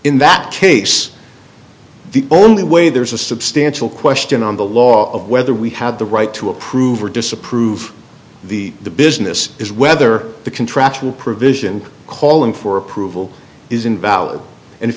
n that case the only way there's a substantial question on the law of whether we had the right to approve or disapprove the the business is whether the contractual provision calling for approval is invalid and if